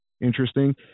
interesting